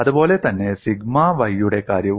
അതുപോലെ തന്നെ sigma y യുടെ കാര്യവും